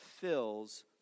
fills